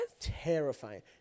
Terrifying